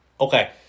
Okay